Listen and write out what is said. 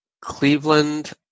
Cleveland